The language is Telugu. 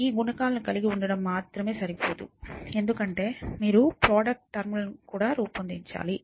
ఈ గుణకాలను కలిగి ఉండటం మాత్రమే సరిపోదు ఎందుకంటే మీరు ప్రోడక్ట్ టర్మ్ లను రూపొందించాలి